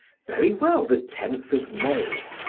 very well, the tenth of may.